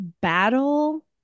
battle